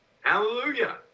Hallelujah